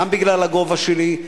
גם בגלל הגובה שלי,